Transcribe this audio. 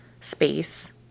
space